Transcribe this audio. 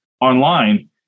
online